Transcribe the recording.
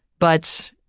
but